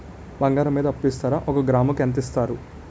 బంగారం మీద అప్పు ఇస్తారా? ఒక గ్రాము కి ఎంత ఇస్తారు?